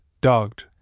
dogged